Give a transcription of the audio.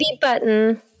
Button